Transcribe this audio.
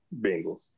Bengals